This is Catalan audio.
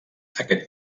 aquest